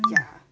ya